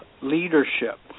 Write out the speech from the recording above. leadership